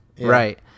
Right